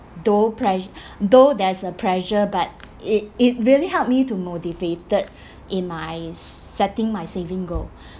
though pres~ though there's a pressure but it it really help me to motivated in my setting my saving goal